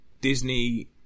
Disney